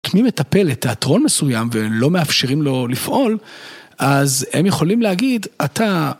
כי אם מטפל לתיאטרון מסוים ולא מאפשרים לו לפעול אז הם יכולים להגיד אתה